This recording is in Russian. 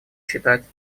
читать